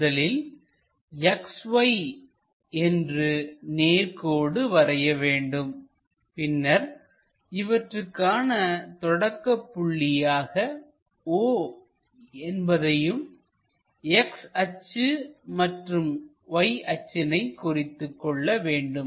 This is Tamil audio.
முதலில் XY என்று நேர் கோடு வரைய வேண்டும் பின்னர் இவற்றுக்கான தொடக்க புள்ளியாக O என்பதையும் X அச்சு மற்றும் Y அச்சினை குறித்துக்கொள்ள வேண்டும்